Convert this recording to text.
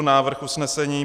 Návrh usnesení: